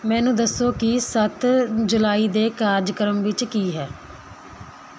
ਮੈਨੂੰ ਦੱਸੋ ਕਿ ਸੱਤ ਜੁਲਾਈ ਦੇ ਕਾਰਜਕ੍ਰਮ ਵਿੱਚ ਕੀ ਹੈ